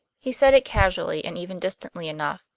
he said it casually and even distantly enough,